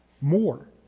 More